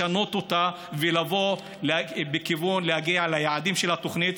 לשנות אותה ולבוא בכיוון של להגיע ליעדים של התוכנית.